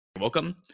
Welcome